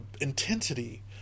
intensity